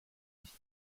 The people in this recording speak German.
nicht